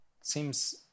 seems